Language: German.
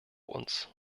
uns